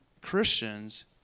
Christians